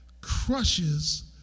crushes